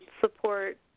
support